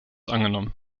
angenommen